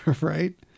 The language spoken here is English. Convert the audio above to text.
Right